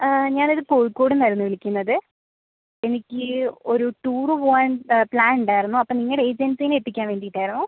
ആ ഞാനിത് കോഴിക്കോട് നിന്നായിരുന്നു വിളിക്കുന്നത് എനിക്ക് ഒരു ടൂറ് പോവാൻ പ്ലാനുണ്ടായിരുന്നു അപ്പം നിങ്ങളുടെ ഏജൻസീനെ ഏൽപ്പിക്കാൻ വേണ്ടിയിട്ടായിരുന്നു